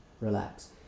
relax